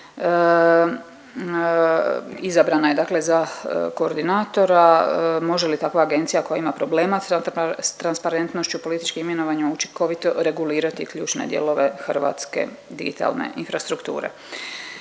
izabrana je dakle za koordinatora, može li takva agencija koja ima problema s transparentnošću o političkom imenovanju učinkovito regulirati ključne dijelove hrvatske digitalne infrastrukture.